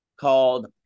called